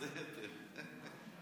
בסדר.